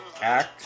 act